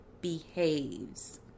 behaves